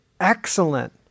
excellent